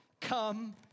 come